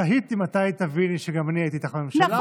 תהיתי מתי תביני שגם אני הייתי איתך בממשלה.